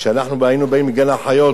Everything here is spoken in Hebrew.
כשאנחנו היינו באים לגן-החיות,